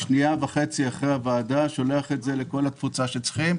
שנייה וחצי אחרי הישיבה אשלח את זה לכל התפוצה שצריך.